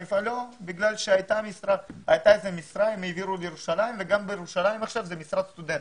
הייתה שם משרה שהועברה לירושלים וגם בירושלים עכשיו זאת משרת סטודנט.